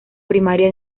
primaria